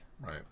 Right